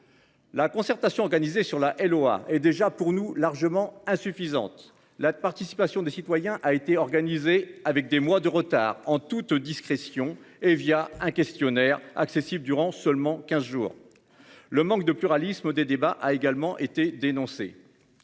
La concertation organisée sur la LOA est déjà pour nous largement insuffisante. La participation des citoyens a été organisée avec des mois de retard en toute discrétion et via un questionnaire accessible durant seulement 15 jours. Le manque de pluralisme des débats a également été dénoncé.